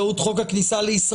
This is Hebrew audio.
אבל גם לא הרבה מגיעים למצב קשה.